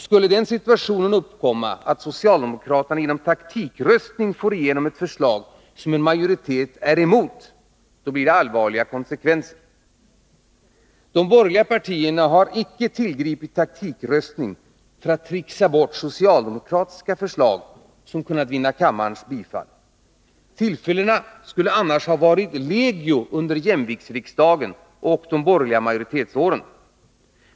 Skulle den situationen uppkomma att socialdemokraterna genom taktikröstning får igenom ett förslag som en majoritet är emot blir konsekvenserna allvarliga. De borgerliga partierna har aldrig tillgripit taktikröstning för att tricksa bort socialdemokratiska förslag som kunnat vinna kammarens bifall. Tillfällena skulle annars ha varit legio under jämviktsriksdagen och de borgerliga majoritetsåren.